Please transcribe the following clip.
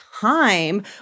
time